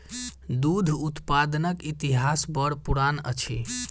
दूध उत्पादनक इतिहास बड़ पुरान अछि